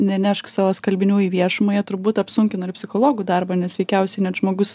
nenešk savo skalbinių į viešumą jie turbūt apsunkina ir psichologų darbą nes veikiausiai net žmogus